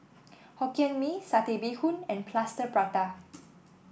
Hokkien Mee Satay Bee Hoon and Plaster Prata